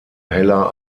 heller